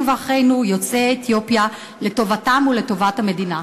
ואחינו יוצאי אתיופיה לטובתם ולטובת המדינה.